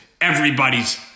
everybody's